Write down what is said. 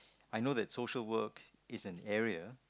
I know that social work is an area